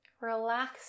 Relax